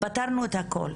פתרנו הכול,